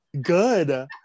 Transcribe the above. Good